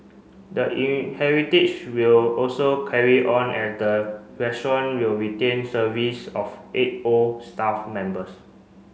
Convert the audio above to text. the in heritage will also carry on as the restaurant will retain service of eight old staff members